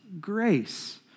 grace